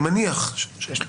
אני מניח שיש,